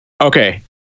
Okay